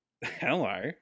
Hello